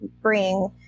bring